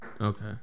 Okay